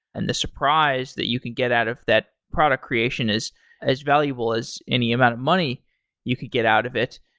and the surprise that you can get out of that product creation is as valuable as any amount of money you could get out of it.